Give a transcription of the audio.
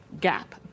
gap